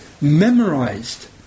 memorized